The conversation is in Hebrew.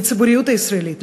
לציבוריות הישראלית,